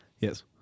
Yes